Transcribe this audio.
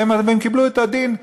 והם קיבלו את הדין,